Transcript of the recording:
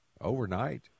overnight